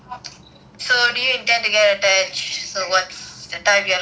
so do you intend to get attached so what's the type you are looking for